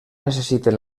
necessiten